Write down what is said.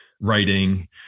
writing